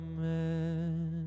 Amen